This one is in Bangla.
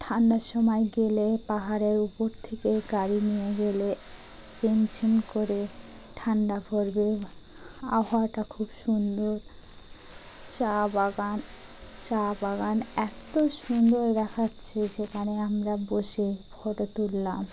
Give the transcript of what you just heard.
ঠান্ডার সময় গেলে পাহাড়ের উপর থেকে গাড়ি নিয়ে গেলে ঝিমঝিম করে ঠান্ডা পড়বে আবহাওয়াটা খুব সুন্দর চা বাগান চা বাগান এত সুন্দর দেখাচ্ছে সেখানে আমরা বসে ফটো তুললাম